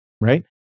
right